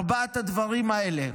ארבעת הדברים האלה.